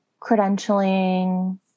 credentialing